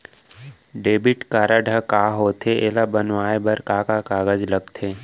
Debit card ह का होथे एला बनवाए बर का का कागज लगथे?